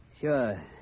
Sure